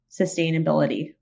sustainability